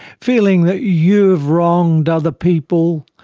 feeling that you have wronged other people,